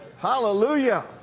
Hallelujah